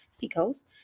Pico's